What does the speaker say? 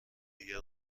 دیگر